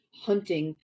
hunting